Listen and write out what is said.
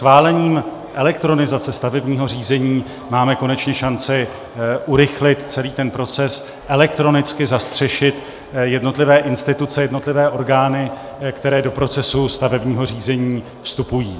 Schválením elektronizace stavebního řízení máme konečně šanci urychlit celý proces elektronického zastřešení jednotlivých institucí, jednotlivých orgánů, které do procesu stavebního řízení vstupují.